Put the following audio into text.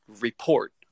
report